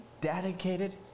dedicated